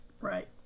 Right